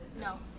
No